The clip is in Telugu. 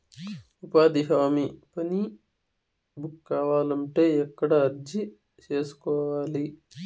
ఉపాధి హామీ పని బుక్ కావాలంటే ఎక్కడ అర్జీ సేసుకోవాలి?